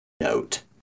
note